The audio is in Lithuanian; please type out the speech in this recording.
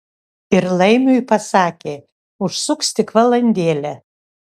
ir laimiui pasakė užsuks tik valandėlę